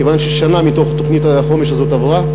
כיוון ששנה מתוך תוכנית החומש הזאת עברה,